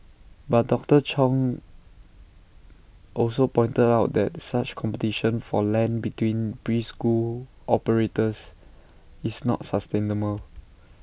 but doctor chung also pointed out that such competition for land between preschool operators is not sustainable